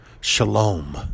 Shalom